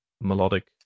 melodic